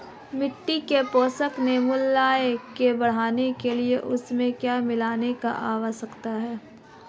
मिट्टी के पोषक मूल्य को बढ़ाने के लिए उसमें क्या मिलाने की आवश्यकता है?